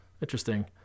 Interesting